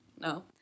no